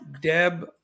Deb